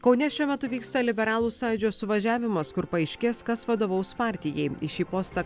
kaune šiuo metu vyksta liberalų sąjūdžio suvažiavimas kur paaiškės kas vadovaus partijai į šį postą